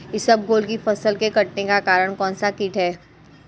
इसबगोल की फसल के कटने का कारण कौनसा कीट है?